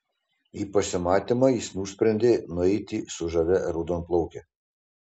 į pasimatymą jis nusprendė nueiti su žavia raudonplauke